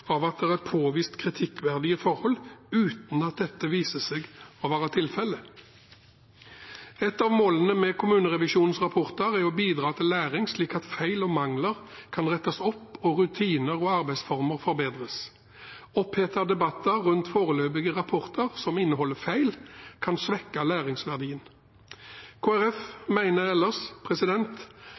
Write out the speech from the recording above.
av at det er påvist kritikkverdige forhold uten at dette viser seg å være tilfellet. Et av målene med kommunerevisjonens rapporter er å bidra til læring slik at feil og mangler kan rettes opp og rutiner og arbeidsformer forbedres. Opphetede debatter rundt foreløpige rapporter som inneholder feil, kan svekke læringsverdien.